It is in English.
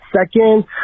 Second